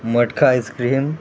मटखा ice cream